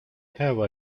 have